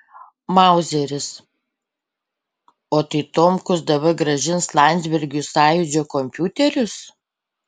mauzeris o tai tomkus dabar grąžins landsbergiui sąjūdžio kompiuterius